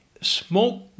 smoke